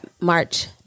March